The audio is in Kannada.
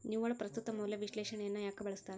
ನಿವ್ವಳ ಪ್ರಸ್ತುತ ಮೌಲ್ಯ ವಿಶ್ಲೇಷಣೆಯನ್ನ ಯಾಕ ಬಳಸ್ತಾರ